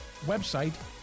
website